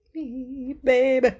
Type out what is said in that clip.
Baby